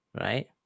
right